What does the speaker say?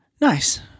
Nice